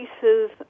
pieces